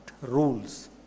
rules